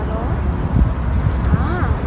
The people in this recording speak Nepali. हेलो अँ